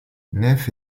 nef